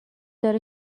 داره